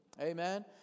Amen